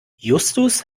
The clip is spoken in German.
justus